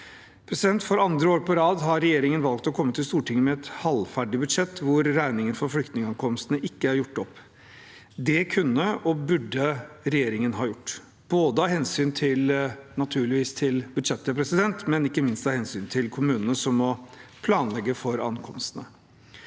For andre år på rad har regjeringen valgt å komme til Stortinget med et halvferdig budsjett hvor regningen for flyktningankomstene ikke er gjort opp. Det kunne og burde regjeringen ha gjort, naturligvis av hensyn til budsjettet, men ikke minst av hensyn til kommunene, som må planlegge for ankomstene.